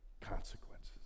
consequences